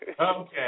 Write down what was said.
Okay